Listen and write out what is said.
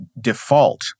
default